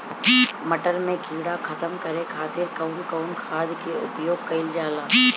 मटर में कीड़ा खत्म करे खातीर कउन कउन खाद के प्रयोग कईल जाला?